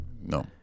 no